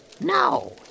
No